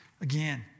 Again